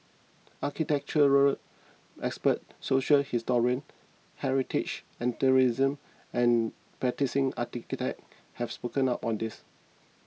architectural experts social historian heritage enthusiasts and practising architects have spoken up on this